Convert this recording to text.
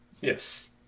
Yes